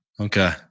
Okay